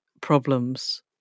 problems